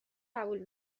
قبول